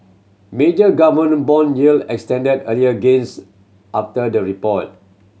major government bond yield extended earlier gains after the report